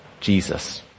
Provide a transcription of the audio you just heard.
Jesus